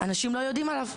אנשים לא יודעים עליו.